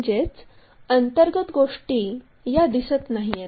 म्हणजेच अंतर्गत गोष्टी या दिसत नाहीत